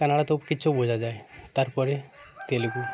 Canada তো কিছু বোঝা যায় তারপরে তেলেগু